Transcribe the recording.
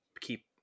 keep